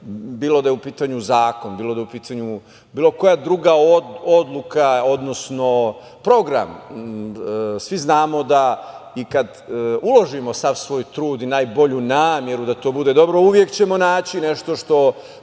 bilo da je u pitanju zakon, bilo da je u pitanju bilo koja druga odluka, odnosno program, svi znamo i kad uložimo sav svoj trud i najbolju nameru da to bude dobro, uvek ćemo naći nešto što